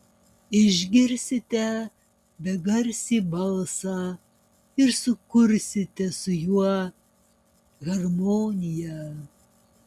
išgirsite begarsį balsą ir sukursite su juo harmoniją